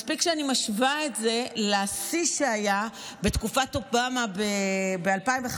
מספיק שאני משווה את זה לשיא שהיה בתקופת אובמה ב-2015,